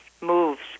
moves